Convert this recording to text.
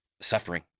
suffering